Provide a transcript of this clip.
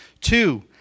Two